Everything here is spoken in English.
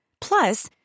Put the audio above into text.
Plus